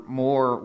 more